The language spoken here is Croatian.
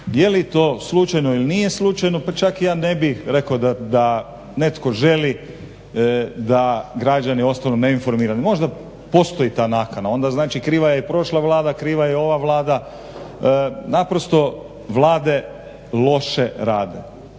Je li to slučajno ili nije slučajno pa čak ja ne bih rekao da netko želi da građani ostanu neinformirani. Možda postoji ta nakana. Onda znači kriva je i prošla Vlada, kriva je i ova Vlada. Naprosto Vlade loše rade.